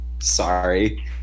Sorry